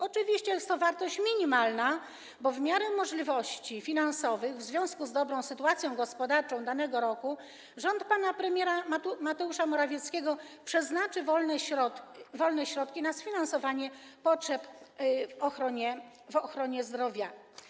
Oczywiście jest to wartość minimalna, bo w miarę możliwości finansowych w związku z dobrą sytuacją gospodarczą danego roku rząd pana premiera Mateusza Morawieckiego przeznaczy wolne środki na sfinansowanie potrzeb w ochronie zdrowia.